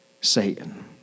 Satan